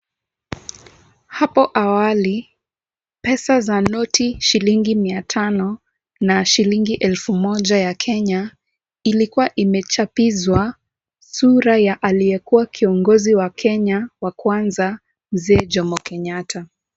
Hapo awali, pesa za noti shilingi mia tano na shilingi elfu moja ya Kenya, ilikuwa imechapizwa sura ya aliyekuwa kiongozi wa Kenya wa kwanza Mzee Jomo Kenyatta.